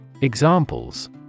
Examples